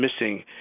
missing